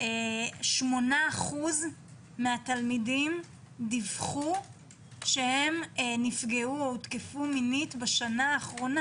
8% מהם דיווחו שהם נפגעו או הותקפו מינית בשנה האחרונה.